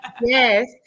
Yes